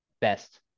best